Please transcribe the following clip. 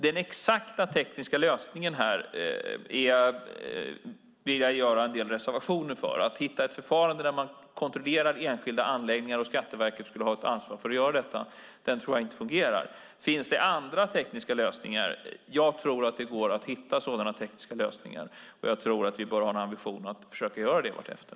Den exakta tekniska lösningen vill jag dock göra en del reservationer mot. Att hitta ett förfarande där man kontrollerar enskilda anläggningar och ger Skatteverket ansvar för det tror jag inte fungerar. Finns det andra tekniska lösningar? Jag tror att de går att hitta, och jag tycker att vi bör ha en ambition att försöka göra det vartefter.